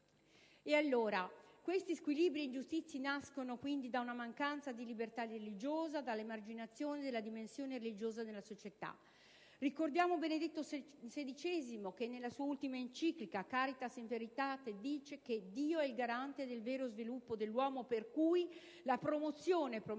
Tali squilibri ed ingiustizie nascono dalla mancanza di libertà religiosa, dall'emarginazione della dimensione religiosa nella società. Ricordiamo Benedetto XVI, che nella sua ultima enciclica «*Caritas in veritate*» ha sottolineato che: «Dio è il garante del vero sviluppo dell'uomo», per cui, «la promozione programmata